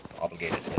obligated